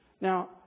Now